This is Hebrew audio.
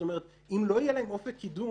זאת אומרת: אם לא יהיה להם אופק קידום,